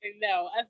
no